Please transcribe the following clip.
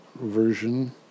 version